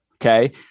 Okay